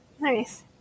Nice